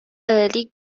early